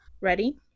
Ready